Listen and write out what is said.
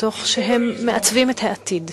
תוך שהם מעצבים את העתיד.